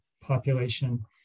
population